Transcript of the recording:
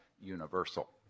universal